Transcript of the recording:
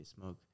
smoke